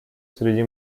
среди